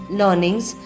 learnings